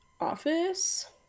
Office